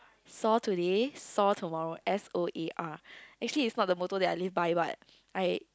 sore today soar tomorrow S O A R actually it's not the motto that I live by but I